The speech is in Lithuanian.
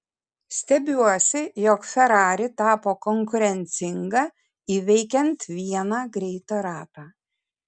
stebiuosi jog ferrari tapo konkurencinga įveikiant vieną greitą ratą